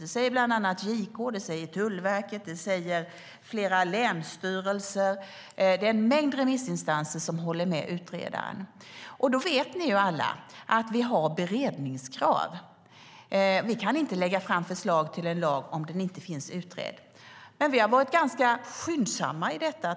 Det säger bland annat JK, Tullverket och flera länsstyrelser. En mängd remissinstanser håller med utredaren. Ni vet alla att vi har beredningskrav. Vi kan inte lägga fram ett lagförslag om det inte gjorts en utredning. Men vi har varit ganska skyndsamma.